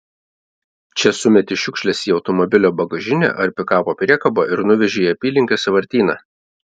čia sumeti šiukšles į automobilio bagažinę ar pikapo priekabą ir nuveži į apylinkės sąvartyną